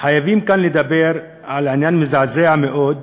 חייבים לדבר כאן על עניין מזעזע מאוד: